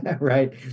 right